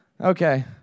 Okay